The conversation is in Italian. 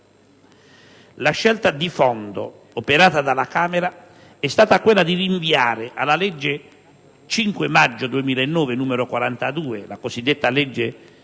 La scelta di fondo operata dalla Camera è stata quella di rinviare alla legge 5 maggio 2009, n. 42, (la legge